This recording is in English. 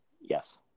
Yes